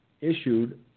issued